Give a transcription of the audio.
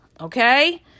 Okay